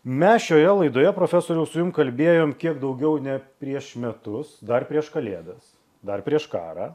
mes šioje laidoje profesoriau su kalbėjom kiek daugiau ne prieš metus dar prieš kalėdas dar prieš karą